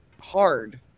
hard